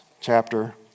chapter